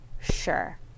sure